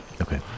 Okay